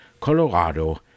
Colorado